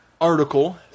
article